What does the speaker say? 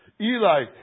Eli